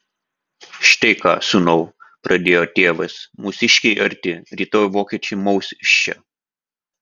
štai ką sūnau pradėjo tėvas mūsiškiai arti rytoj vokiečiai maus iš čia